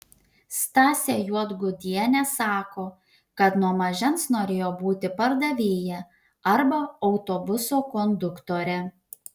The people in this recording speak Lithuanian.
stasė juodgudienė sako kad nuo mažens norėjo būti pardavėja arba autobuso konduktore